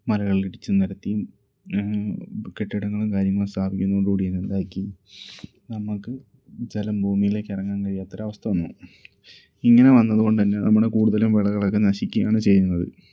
മലകളിടിച്ച് നിരത്തിയും കെട്ടിടങ്ങളും കാര്യങ്ങളും സ്ഥാപിക്കുന്നതോടുകൂടി എന്താക്കി നമ്മൾക്ക് ജലം ഭൂമിയിലേക്ക് ഇറങ്ങാൻ കഴിയാത്തൊരവസ്ഥ വന്നു ഇങ്ങനെ വന്നത് കൊണ്ടുതന്നെ നമ്മുടെ കൂടുതലും വിളകളൊക്കെ നശിക്കുകയാണ് ചെയ്യുന്നത്